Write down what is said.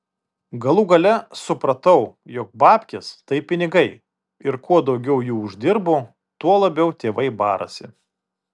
galų gale supratau jog babkės tai pinigai ir kuo daugiau jų uždirbu tuo labiau tėvai barasi